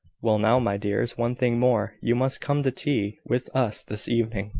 well now, my dears one thing more. you must come to tea with us this evening.